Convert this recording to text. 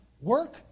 work